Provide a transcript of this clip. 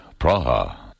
Praha